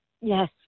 Yes